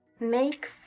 make